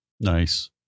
Nice